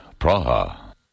Praha